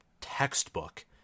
textbook